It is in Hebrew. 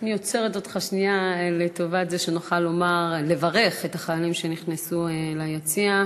אני עוצרת אותך שנייה לטובת זה שנוכל לברך את החיילים שנכנסו ליציע.